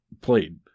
played